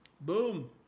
boom